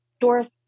Doris